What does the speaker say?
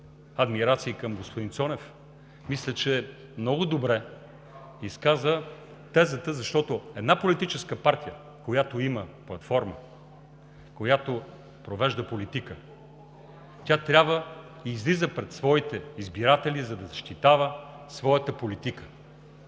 адмирации към господин Цонев, мисля, че много добре изказа тезата, защото една политическа партия, която има платформа, която провежда политика, тя трябва да излиза пред своите избиратели, за да защитава своята политика.